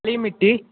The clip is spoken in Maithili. पीली मिट्टी